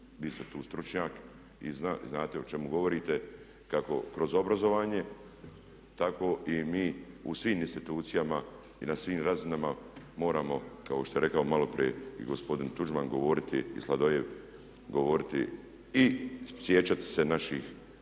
vi ste tu stručnjak i znate o čemu govorite, kako kroz obrazovanje tako i mi u svim institucijama i na svim razinama moramo kao što je rekao malo prije i gospodin Tuđman govoriti i Sladoljev govoriti i sjećati se naših,